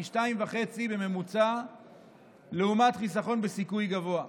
פי 2.5 בממוצע לעומת חיסכון בסיכוי גבוה.